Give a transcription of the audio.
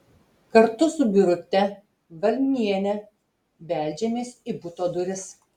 kartu su birute valmiene beldžiamės į buto duris